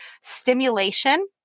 stimulation